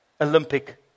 Olympic